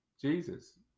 Jesus